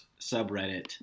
subreddit